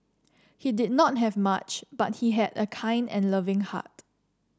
he did not have much but he had a kind and loving heart